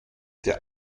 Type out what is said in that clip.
der